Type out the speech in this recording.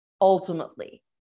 Ultimately